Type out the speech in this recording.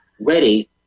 ready